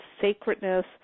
sacredness